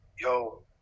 Yo